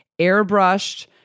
airbrushed